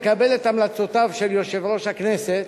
מקבל את המלצותיו של יושב-ראש הכנסת.